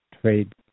trade